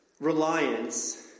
reliance